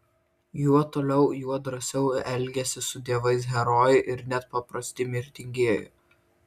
juo toliau juo drąsiau elgiasi su dievais herojai ir net paprasti mirtingieji